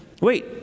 wait